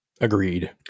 Agreed